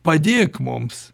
padėk mums